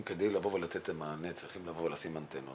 אם כדי לבוא ולתת מענה צריכים לשים אנטנות